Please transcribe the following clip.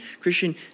Christian